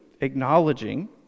acknowledging